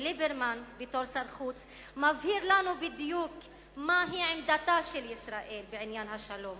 וליברמן בתפקידו כשר החוץ מבהיר לנו בדיוק מהי עמדת ישראל בעניין השלום